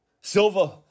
Silva